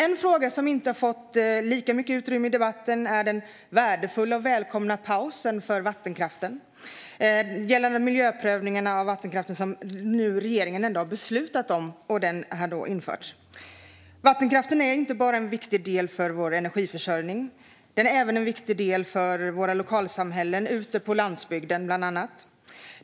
En fråga som inte har fått lika mycket utrymme i debatten är den värdefulla och välkomna paus gällande miljöprövningarna av vattenkraften som regeringen har beslutat om och som nu har införts. Vattenkraften är inte bara en viktig del för vår energiförsörjning utan även en viktig del för bland annat våra lokalsamhällen ute på landsbygden.